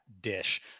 dish